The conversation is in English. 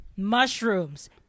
mushrooms